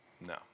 No